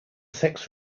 sex